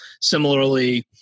Similarly